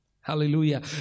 Hallelujah